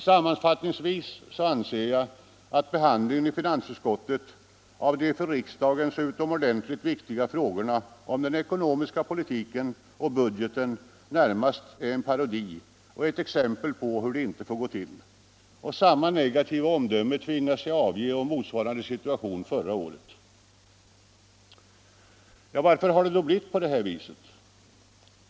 Sammanfattningsvis anser jag, att behandlingen i finansutskottet av de för riksdagen så utomordentligt viktiga frågorna om den ekonomiska politiken och budgeten närmast är en parodi och ett exempel på hur det inte får gå till. Samma negativa omdöme tvingas jag avge om motsvarande situation förra året. Varför har det då blivit på det här sättet?